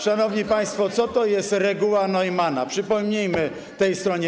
Szanowni państwo, co to jest reguła Neumanna, przypomnijmy tej stronie.